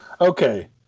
Okay